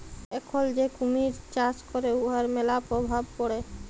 এখল যে কুমহির চাষ ক্যরে উয়ার ম্যালা পরভাব পড়ে